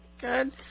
Good